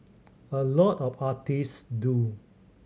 a lot of artist do